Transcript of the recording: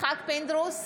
יצחק פינדרוס,